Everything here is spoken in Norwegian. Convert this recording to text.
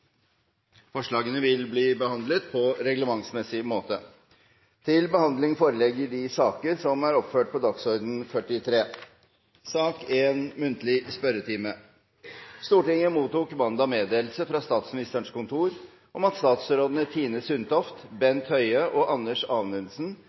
Forslagene vil bli behandlet på reglementsmessig måte. Stortinget mottok mandag meddelelse fra Statsministerens kontor om at statsrådene Tine Sundtoft, Bent Høie og Anders Anundsen vil møte til muntlig spørretime.